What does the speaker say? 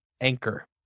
anchor